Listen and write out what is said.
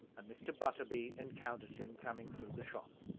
and mr. butterby encountered him coming through the shop.